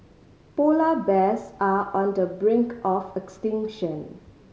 polar bears are on the brink of extinction